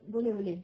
boleh boleh